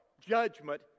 Judgment